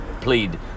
plead